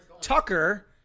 Tucker